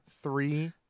three